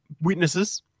witnesses